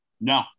No